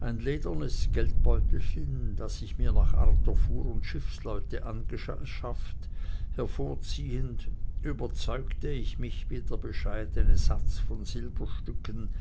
ein ledernes geldbeutelchen das ich mir nach art der fuhr und schiffleute angeschafft hervorziehend überzeugte ich mich wie der bescheidene schatz von silberstücken